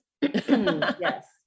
yes